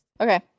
Okay